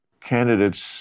candidates